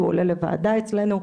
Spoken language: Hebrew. הוא עולה לוועדה אצלנו,